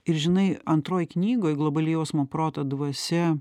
ir žinai antroj knygoj globali jausmo proto dvasia